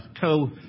co